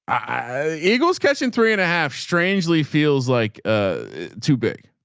i eagle's catching three and a half strangely feels like ah too big.